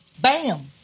Bam